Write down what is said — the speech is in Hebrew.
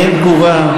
אין תגובה.